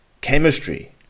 chemistry